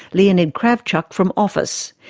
leonid kravchuk, from office.